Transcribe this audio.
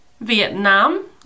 Vietnam